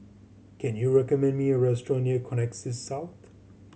can you recommend me a restaurant near Connexis South